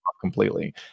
completely